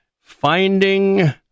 Finding